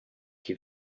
que